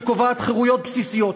שקובעת חירויות בסיסיות.